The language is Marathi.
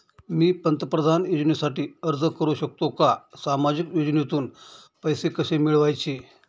मी पंतप्रधान योजनेसाठी अर्ज करु शकतो का? सामाजिक योजनेतून पैसे कसे मिळवायचे